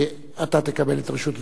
אתה תקבל את רשות הדיבור.